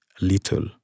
little